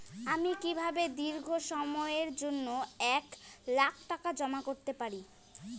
আমি কিভাবে দীর্ঘ সময়ের জন্য এক লাখ টাকা জমা করতে পারি?